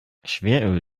schweröl